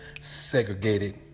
segregated